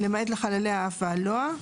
למעט לחלל האף והלוע,